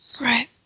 Right